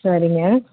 சரிங்க